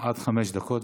מלכיאלי, עד חמש דקות.